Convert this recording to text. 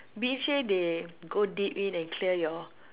B_H_A they go deep in and clear your